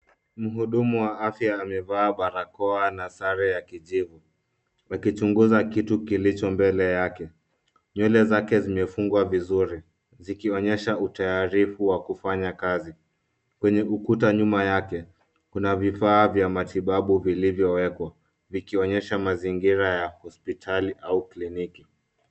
Mhudumu wa afya amevaa barakoa na sare ya kijivu, akichunguza kitu kilicho mbele yake. Nywele zake zimefungwa vizuri, zikionyesha utayarifu wa kufanya kazi. Kwenye ukuta nyuma yake, kuna vifaa vya matibabu vilivyowekwa, vikionyesha mazingira ya hospitali au kliniki.